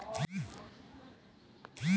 ऋण क दूठे पार्टी होला लेनदार आउर देनदार